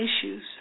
issues